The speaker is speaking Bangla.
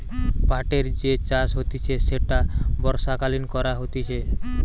পাটের যে চাষ হতিছে সেটা বর্ষাকালীন করা হতিছে